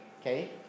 Okay